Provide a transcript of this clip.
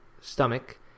stomach